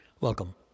Welcome